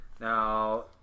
Now